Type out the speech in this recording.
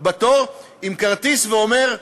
עם כרטיס ואומר: